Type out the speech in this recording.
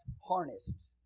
harnessed